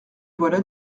voilà